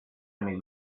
only